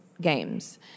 games